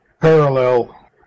parallel